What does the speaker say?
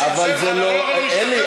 אלי,